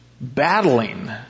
battling